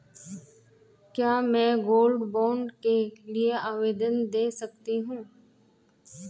क्या मैं gold bond के लिए आवेदन दे सकती हूँ?